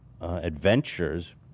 Adventures